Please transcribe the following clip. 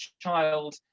child